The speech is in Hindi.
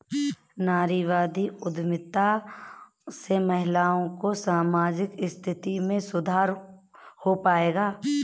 नारीवादी उद्यमिता से महिलाओं की सामाजिक स्थिति में सुधार हो पाएगा?